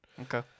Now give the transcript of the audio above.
Okay